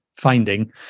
finding